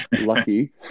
lucky